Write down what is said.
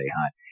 hunt